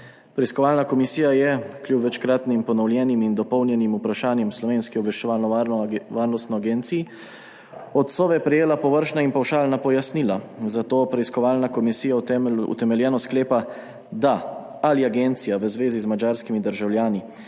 Preiskovalna komisija je, kljub večkratnim ponovljenim in dopolnjenim vprašanjem Slovenski obveščevalno-varnostni agenciji, od SOVE prejela površna in pavšalna pojasnila, zato Preiskovalna komisija utemeljeno sklepa, da ali agencija v zvezi z madžarskimi državljani